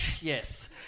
Yes